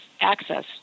access